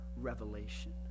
revelation